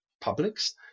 publics